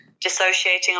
dissociating